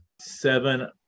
seven